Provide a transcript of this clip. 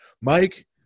mike